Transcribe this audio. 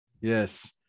yes